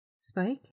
Spike